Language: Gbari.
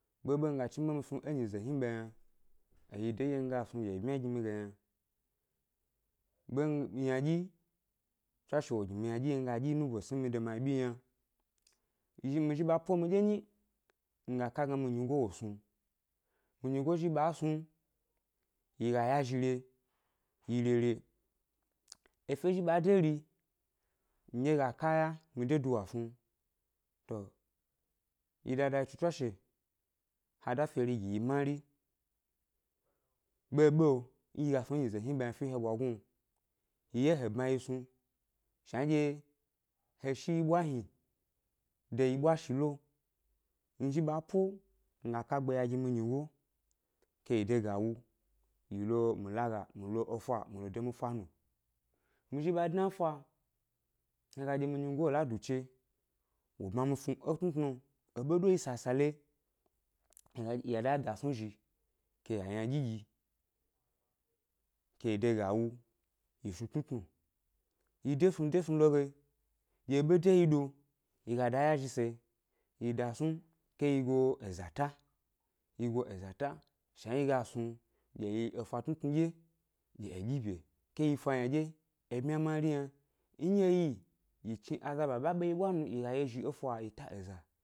Ɓeɓe nga chniɓe mi snu é nyize hni ʻɓe yna, è yi denɗye mi ga snu gi è bmya gi mi ge yan, ɓen ynaɗyi, tswashe wo gi mi ynaɗyi nɗye mi ga ɗyi nubo è sni mi de mi aɓyi yi yna, mi zhi mi mi zhi ɓa po miɗye yni, mi ga ka gna mi nyigo wo snu, mi nyigo zhi ɓa snu yi ga yazhire yi rere, efe zhi ɓa dé ri, nɗye ga ka ya mi de duwa snu, to yi dada etsu tswashe ha dá feri gi yi mari, ɓeɓe nɗye a snu é nyize hni ɓe yna fi é he ɓwagnu lo, yi ye he bmayi snu, shnanɗye he shi yi ʻɓwa hni, de yi ʻbwa shi lo, nzhi ɓa po, nga ka ʻgbe ya gi mi nyigo ke yi de ga wu mi lo mi laga mi lo efa mi lo de miʻfa nu, mi zhi ɓa dna é fa lo he ga ɗye mi nyigo wo la duche, wo bma mi snu é tnutnuo, éɓe ɗo yi sasaleyi eɗyen y danu zhi ke ya ynaɗyi ɗyi ke yi de ga wu yi snu tnutnu, yi desnu de snu lo ge, ɗye ebe de yi ɗo, yi ga da yazhise yi dasnu, ke yi go eza ta, yi go eza ta shnanɗye yi ga snu gi yi efa tnutnu ɗye gi è ɗyibye ke yi ʻfa yna ɗye è bmya mari yna nɗye yi yì chni aza ɓa ɓa ɓe yi ʻɓwa nu, yi ga yezhi é ʻfa lo yi ta eza